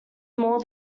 more